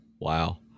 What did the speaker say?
Wow